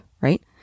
right